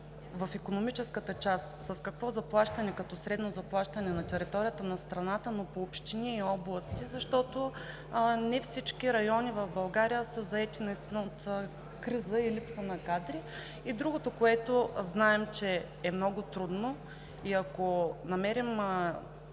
в икономическата част с какво заплащане – като средно заплащане, на територията на страната, но по общини и области, защото не всички райони в България са засегнати от криза и липса на кадри? Другото, което знаем, че е много трудно, и ако намерим